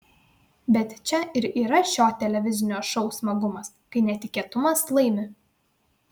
bet čia ir yra šio televizinio šou smagumas kai netikėtumas laimi